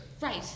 right